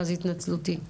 אז התנצלותי.